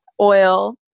oil